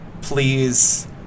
please